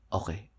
okay